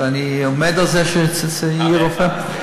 ואני עומד על זה שזה יהיה רופא,